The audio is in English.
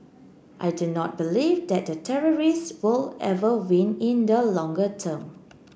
I do not believe that the terrorists will ever win in the longer term